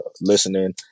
listening